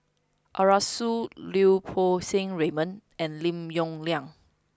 Arasu Lau Poo Seng Raymond and Lim Yong Liang